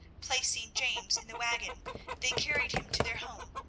placing james in the waggon they carried him to their home,